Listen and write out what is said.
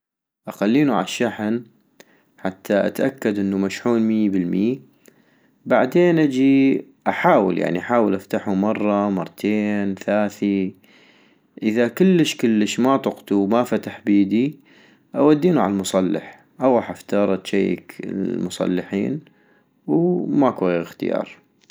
اخلينو عالشحن، حتى اتأكد انو مشحون مي بالمي -بعدين اجي احاول يعني احاول افتحو، مرة مرتين ثاثي - اذا كلش كلش ما طقتو، ما فتح بيدي، اودينو عالمصلح، اغوح افتر اجيك المصلحين وماكو غير اختيار